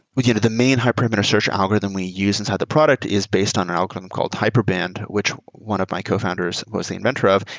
kind of the main hyperparameter search algorithm we use inside the product is based on an algorithm called hyperband, which one of my cofounders was the inventor of.